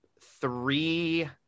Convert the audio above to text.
Three